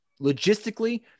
Logistically